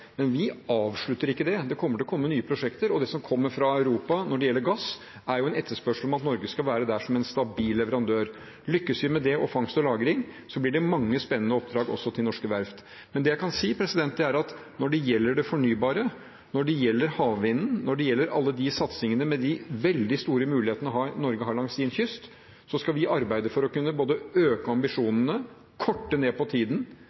Men vi avslutter ikke det. Det kommer til å komme nye prosjekter, og det som kommer fra Europa når det gjelder gass, er en etterspørsel om at Norge skal være der som en stabil leverandør. Lykkes vi med det og karbonfangst og -lagring, blir det mange spennende oppdrag også til norske verft. Det jeg kan si, er at når det gjelder det fornybare, når det gjelder havvind, når det gjelder alle de satsingene med de veldig store mulighetene Norge har langs sin kyst, skal vi arbeide for å kunne både øke ambisjonene, korte ned på tiden